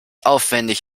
aufwendig